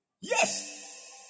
yes